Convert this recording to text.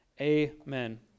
amen